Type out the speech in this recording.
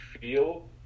feel